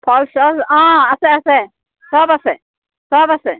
ফলছ চলছ অঁ আছে আছে চব আছে চব আছে